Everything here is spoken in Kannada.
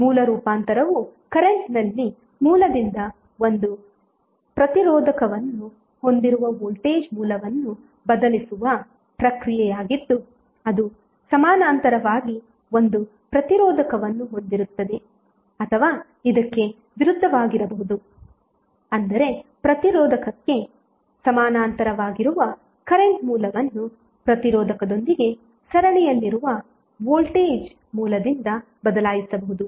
ಮೂಲ ರೂಪಾಂತರವು ಕರೆಂಟ್ನಲ್ಲಿ ಮೂಲದಿಂದ ಒಂದು ಪ್ರತಿರೋಧಕವನ್ನು ಹೊಂದಿರುವ ವೋಲ್ಟೇಜ್ ಮೂಲವನ್ನು ಬದಲಿಸುವ ಪ್ರಕ್ರಿಯೆಯಾಗಿದ್ದು ಅದು ಸಮಾನಾಂತರವಾಗಿ ಒಂದು ಪ್ರತಿರೋಧಕವನ್ನು ಹೊಂದಿರುತ್ತದೆ ಅಥವಾ ಇದಕ್ಕೆ ವಿರುದ್ಧವಾಗಿರಬಹುದು ಅಂದರೆ ಪ್ರತಿರೋಧಕಕ್ಕೆ ಸಮಾನಾಂತರವಾಗಿರುವ ಕರೆಂಟ್ ಮೂಲವನ್ನು ಪ್ರತಿರೋಧಕದೊಂದಿಗೆ ಸರಣಿಯಲ್ಲಿರುವಾ ವೋಲ್ಟೇಜ್ ಮೂಲದಿಂದ ಬದಲಾಯಿಸಬಹುದು